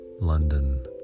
London